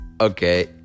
okay